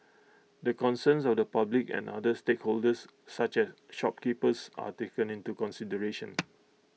the concerns of the public and other stakeholders such as shopkeepers are taken into consideration